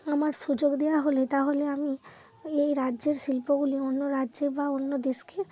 আমার সুযোগ দেওয়া হলে তাহলে আমি এই রাজ্যের শিল্পগুলি অন্য রাজ্যে বা অন্য দেশকে